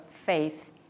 Faith